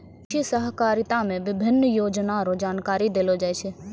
कृषि सहकारिता मे विभिन्न योजना रो जानकारी देलो जाय छै